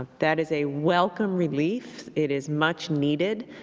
ah that is a welcome relief. it is much needed.